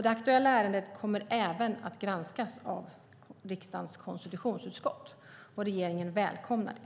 Det aktuella ärendet kommer även att granskas av riksdagens konstitutionsutskott. Regeringen välkomnar det.